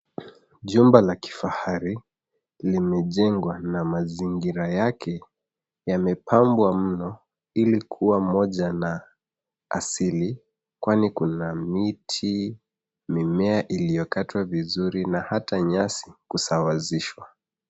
Jumba la kifahari limejengwa na mazingira yake yamepambwa mno ili kuwa moja na asili kwani kuna miti, mimea iliyokatwa vizuri na hata nyasi kusawazishwa.